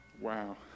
wow